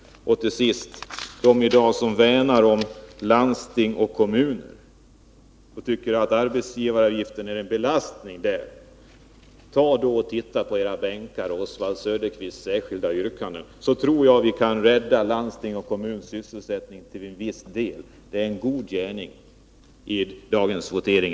Till sist: Ni som i dag värnar om landsting och kommuner och tycker att arbetsgivaravgiften är en belastning kan ta och läsa Oswald Söderqvists särskilda yrkande som finns på era bänkar. Genom att rösta för detta vid dagens eller morgondagens votering tror jag att vi kan rädda landstingens och kommunernas sysselsättning till viss del — det är en god gärning.